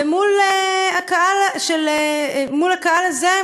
ומול הקהל הזה,